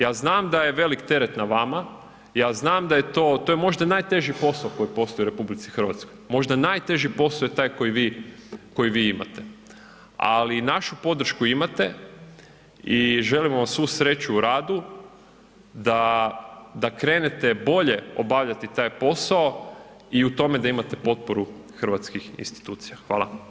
Ja znam da je velik teret na vama, ja znam da je to, to je možda najteži posao koji postoji u RH, možda najteži posao je taj koji vi imate, ali našu podršku imate i želimo vam svu sreću u radu da krenete bolje obavljati posao i u tome da imate potporu hrvatskih institucija.